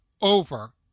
over